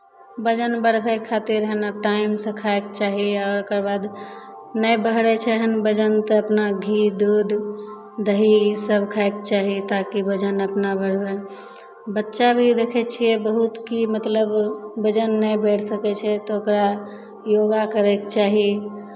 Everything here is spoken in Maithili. वजन बढ़बै खातिर हइ ने टाइमसँ खायके चाही आ ओकर बाद नहि बढ़ै छै वजन तऽ अपना घी दूध दही इसभ खायके चाही ताकि वजन अपना बढ़य बच्चा भी देखै छियै बहुत कि मतलब वजन नहि बढ़ि सकय छै तऽ ओकरा योगा करयके चाही